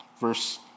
Verse